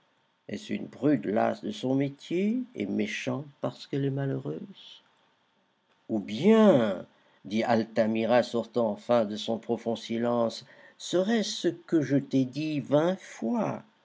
est-ce une prude lasse de son métier et méchante parce qu'elle est malheureuse ou bien dit altamira sortant enfin de son profond silence serait-ce ce que je t'ai dit vingt fois